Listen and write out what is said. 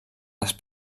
les